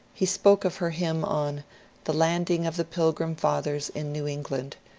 he spoke of her hymn on the landing of the pilgrim fathers in new england,